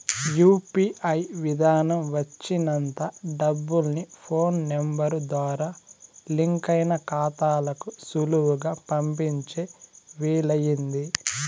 UPI విదానం వచ్చినంత డబ్బుల్ని ఫోన్ నెంబరు ద్వారా లింకయిన కాతాలకు సులువుగా పంపించే వీలయింది